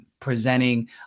presenting